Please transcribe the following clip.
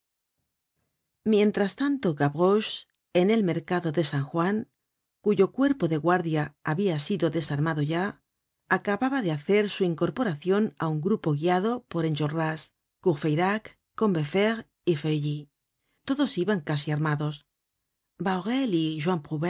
mientras tanto gavroche en el mercado de san juan cuyo cuerpo de guardia habia sido desarmado ya acababa de hacer su incorporacion á un grupo guiado por enjolras courfcyrac combeferre y feuüly todos iban casi armados